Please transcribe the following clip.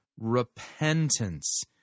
repentance